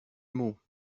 mots